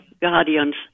Guardians